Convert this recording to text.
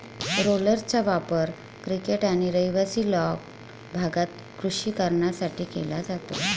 रोलर्सचा वापर क्रिकेट आणि रहिवासी लॉन भागात कृषी कारणांसाठी केला जातो